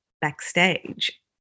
backstage